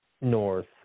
North